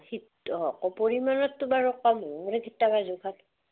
পৰিমাণতটো বাৰু কম নহয় মোৰ কেতবা জোখাত